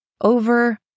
over